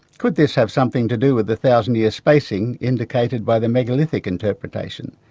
could this have something to do with the thousand year spacing indicated by the megalithic interpretation?